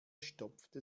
stopfte